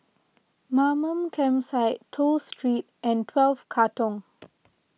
Mamam Campsite Toh Street and twelve Katong